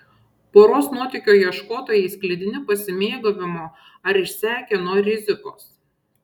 poros nuotykio ieškotojai sklidini pasimėgavimo ar išsekę nuo rizikos